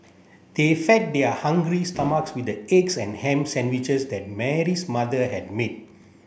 they fed their hungry stomachs with the eggs and ham sandwiches that Mary's mother had made